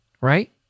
Right